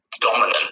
dominant